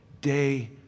day